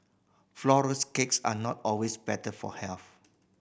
flourless cakes are not always better for health